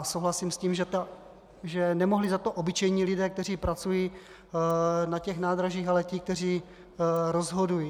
Souhlasím s tím, že za to nemohli obyčejní lidé, kteří pracují na nádražích, ale ti, kteří rozhodují.